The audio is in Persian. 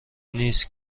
نیست